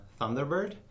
Thunderbird